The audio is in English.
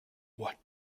what